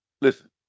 Listen